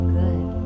good